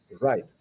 Right